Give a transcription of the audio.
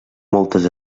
moltes